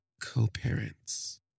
co-parents